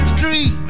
three